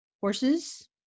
horses